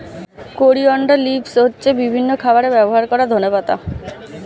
coriander leaves হচ্ছে বিভিন্ন খাবারে ব্যবহার করা ধনেপাতা